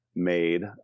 made